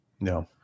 No